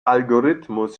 algorithmus